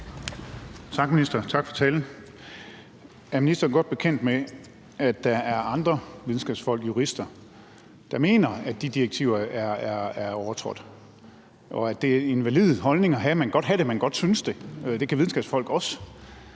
Tak for talen, minister. Er ministeren godt bekendt med, at der er andre – videnskabsfolk, jurister – der mener, at de direktiver er overtrådt, og at det er en valid holdning at have, altså at man godt kan synes det, og at videnskabsfolk også